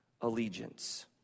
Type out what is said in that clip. allegiance